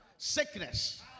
Sickness